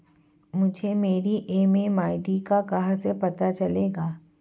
मुझे मेरी एम.एम.आई.डी का कहाँ से पता चलेगा?